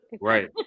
Right